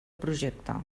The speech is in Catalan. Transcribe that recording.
projecte